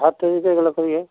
हर तरीक़े की लकड़ी है